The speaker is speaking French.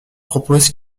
propose